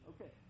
Okay